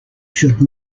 should